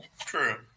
True